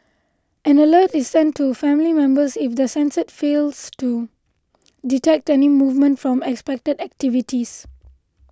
an alert is sent to family members if the sensors fails to detect any movement from expected activities